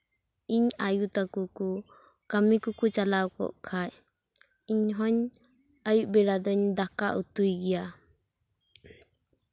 ᱤᱧ ᱟᱭᱳ ᱛᱟᱠᱳ ᱠᱚ ᱠᱟᱹᱢᱤ ᱠᱚᱠᱚ ᱪᱟᱞᱟᱣ ᱠᱚᱜ ᱠᱷᱟᱱ ᱤᱧᱦᱚᱸᱧ ᱟᱹᱭᱩᱵ ᱵᱮᱲᱟ ᱫᱩᱧ ᱫᱟᱠᱟ ᱩᱛᱩᱭ ᱜᱮᱭᱟ